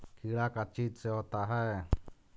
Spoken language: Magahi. कीड़ा का चीज से होता है?